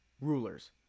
rulers